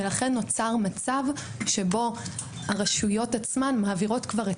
ולכן נוצר מצב שבו הרשויות עצמן מעבירות כבר את